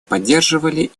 поддерживали